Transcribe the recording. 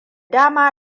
dama